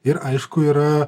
ir aišku yra